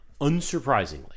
unsurprisingly